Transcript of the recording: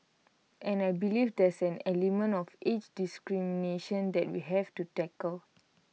and I believe there's an element of age discrimination that we have to tackle